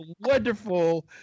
wonderful